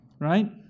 Right